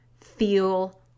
feel